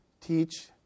teach